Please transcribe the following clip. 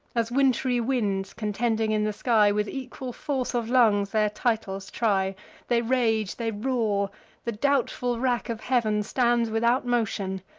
as wintry winds, contending in the sky, with equal force of lungs their titles try they rage, they roar the doubtful rack of heav'n stands without motion,